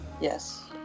Yes